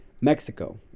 Mexico